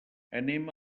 anem